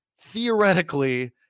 theoretically